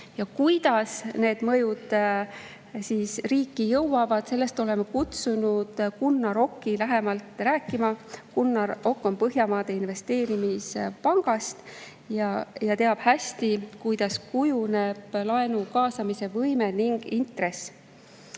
Kuidas need mõjud riiki jõuavad, sellest oleme kutsunud lähemalt rääkima Gunnar Oki. Gunnar Okk on Põhjamaade Investeerimispangast ja teab hästi, kuidas kujuneb laenu kaasamise võime ning intress.